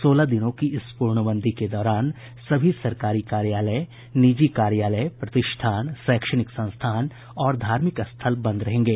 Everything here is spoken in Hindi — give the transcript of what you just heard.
सोलह दिनों के इस पूर्णबंदी के दौरान सभी सरकारी कार्यालय निजी कार्यालय प्रतिष्ठान शैक्षणिक संस्थान और धार्मिक स्थल बंद रहेंगे